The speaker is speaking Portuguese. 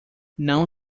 não